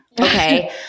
Okay